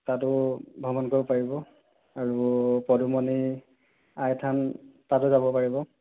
তাতো ভ্ৰমণ কৰিব পাৰিব আৰু পদুমণি আইথান তালৈ যাব পাৰিব